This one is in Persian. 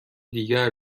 دیگر